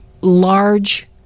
large